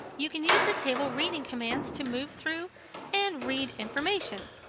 you can use the table reading commands to move through and read information.